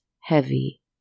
heavy